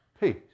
peace